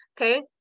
okay